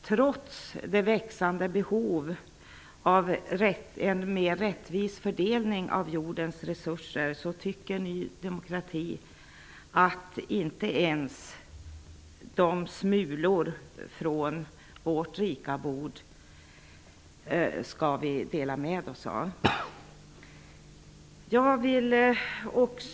Trots ett växande behov av en mer rättvis fördelning av jordens resurser tycker Ny demokrati att vi inte ens skall dela med oss av smulorna från vårt rika bord.